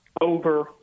over